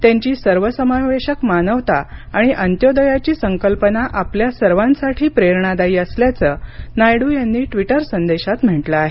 त्यांची सर्वसमावेशक मानवता आणि अंत्योदयाची संकल्पना आपल्या सर्वांसाठी प्रेरणादायी असल्याचं नायडू यांनी ट्विटर संदेशात म्हटलं आहे